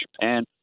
japan